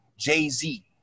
Jay-Z